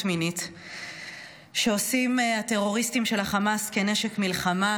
מינית שעושים הטרוריסטים של החמאס כנשק מלחמה,